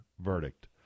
verdict